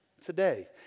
today